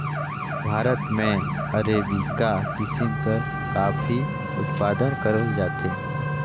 भारत में अरेबिका किसिम कर काफी उत्पादन करल जाथे